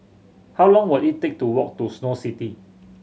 how long will it take to walk to Snow City